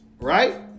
Right